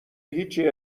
هیچی